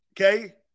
Okay